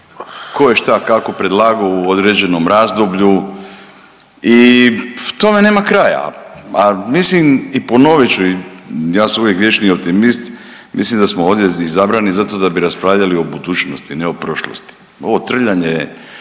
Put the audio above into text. tko je šta kako predlagao u određenom razdoblju i tome nema kraja, a mislim i ponovit ću, ja sam uvijek vječni optimist, mislim da smo ovdje izabrani zato da bi raspravljali o budućnosti, ne o prošlosti. Ovo trljanje